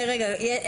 אפשר לפטור אותו.